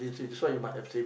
ya lor